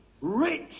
rich